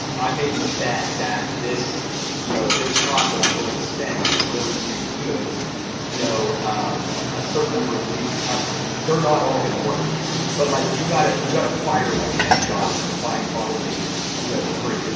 i'm making a bet that this you know this cost that i'm going to spend is going to yield you know a certain number of leads and customers. they're not all gonna work but like you gotta you gotta fire like ten shots to find probably you know three.